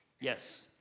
yes